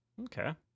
Okay